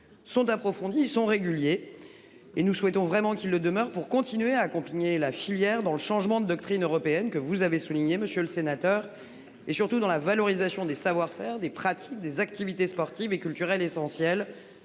sont approfondies sont réguliers. Et nous souhaitons vraiment qu'il le demeure, pour continuer à accompagner la filière dans le changement de doctrine européenne que vous avez souligné, Monsieur le Sénateur. Et surtout dans la valorisation des savoir-faire des pratiques des activités sportives et culturelles essentiel.